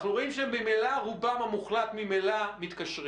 אנחנו רואים שממילא רובם המוחלט מתקשרים.